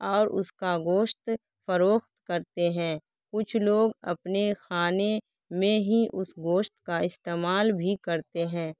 اور اس کا گوشت فروخت کرتے ہیں کچھ لوگ اپنے کھانے میں ہی اس گوشت کا استعمال بھی کرتے ہیں